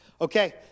Okay